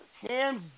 hands